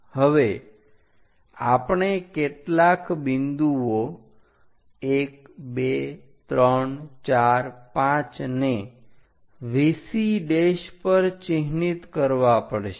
હવે આપણે કેટલાક બિંદુઓ 12345 ને VC પર ચિહ્નિત કરવા પડશે